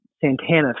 Santana